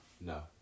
no